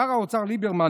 שר האוצר ליברמן,